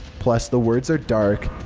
plus, the words are dark.